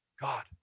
God